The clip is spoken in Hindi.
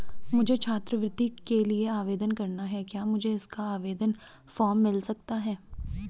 मुझे छात्रवृत्ति के लिए आवेदन करना है क्या मुझे इसका आवेदन फॉर्म मिल सकता है?